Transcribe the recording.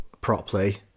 properly